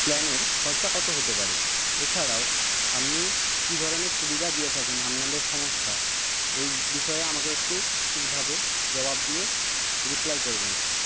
প্ল্যানের খরচা কত হতে পারে এছাড়াও আপনি কি ধরণের সুবিধা দিয়ে থাকেন আপনাদের সংস্থা এই বিষয়ে আমাকে একটু ঠিকভাবে জবাব দিয়ে রিপ্লাই করবেন